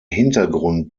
hintergrund